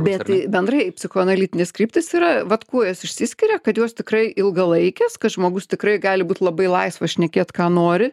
bet bendrai psichoanalitinis kryptis yra vat kuo jos išsiskiria kad jos tikrai ilgalaikės kad žmogus tikrai gali būt labai laisvas šnekėt ką nori